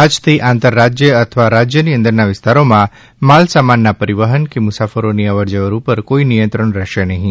આજથી આંતર રાજ્ય અથવા રાજ્યની અંદરના વિસ્તારોમાં માલસામાનના પરિવહન કે મુસાફરોની અવર જવર ઉપર કોઈ નિયંત્રણ રહેશે નહીં